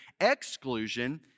exclusion